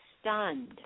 stunned